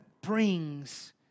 brings